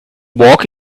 walk